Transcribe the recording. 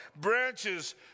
branches